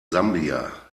sambia